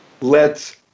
lets